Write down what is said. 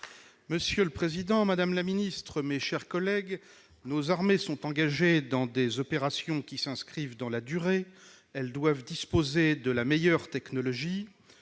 d'État auprès de la ministre des armées, nos armées sont engagées dans des opérations qui s'inscrivent dans la durée. Elles doivent disposer de la meilleure technologie.